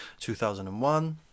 2001